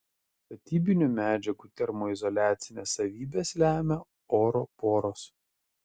statybinių medžiagų termoizoliacines savybes lemia oro poros